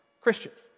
Christians